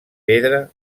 pedra